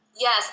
Yes